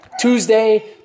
Tuesday